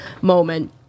moment